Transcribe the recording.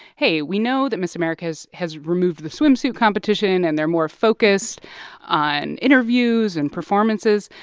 hey. we know that miss america has has removed the swimsuit competition and they're more focused on interviews and performances.